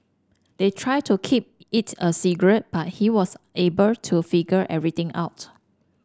they tried to keep it a secret but he was able to figure everything out